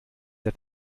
der